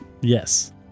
Yes